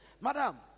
Madam